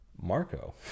Marco